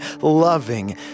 loving